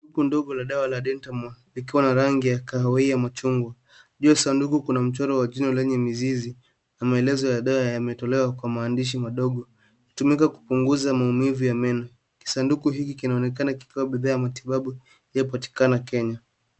dawa ya meno maarufu nchini Kenya. Inajulikana kwa uwezo wake wa kuondoa madoa ya meno na kutoa pumzi safi. Hata hivyo, ni muhimu kuzingatia maelekezo ya mtengenezaji na, ikiwa maumivu ya meno yanaendelea, ni vyema kutafuta ushauri wa kitaalamu kutoka kwa daktari wa meno